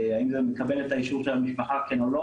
האם זה מקבל את האישור של המשפחה או לא,